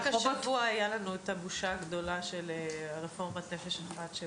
רק השבוע הייתה לנו הבושה הגדולה של רפורמת "נפש אחת",